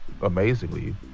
amazingly